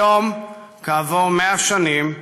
היום, כעבור 100 שנים,